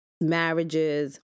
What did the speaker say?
marriages